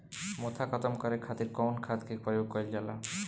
मोथा खत्म करे खातीर कउन खाद के प्रयोग कइल जाला?